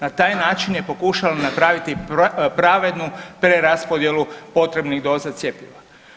Na taj način je pokušala napraviti pravednu preraspodjelu potrebnih doza cjepiva.